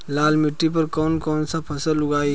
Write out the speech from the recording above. लाल मिट्टी पर कौन कौनसा फसल उगाई?